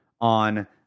on